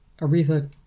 Aretha